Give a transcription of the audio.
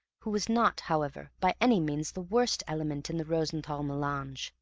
who was not, however, by any means the worst element in the rosenthall melange.